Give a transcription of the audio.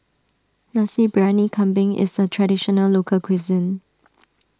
Nasi Briyani Kambing is a Traditional Local Cuisine